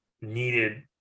needed